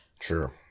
Sure